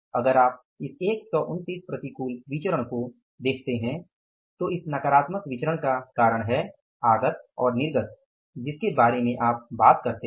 अगर आप इस 129 प्रतिकूल विचरण को देखते है तो इस नकारात्मक विचरण का कारण है आगत और निर्गत जिसके बारे में आप बात करते हैं